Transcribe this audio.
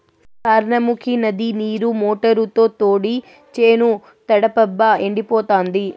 సార్నముకీ నది నీరు మోటారుతో తోడి చేను తడపబ్బా ఎండిపోతాంది